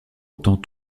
autant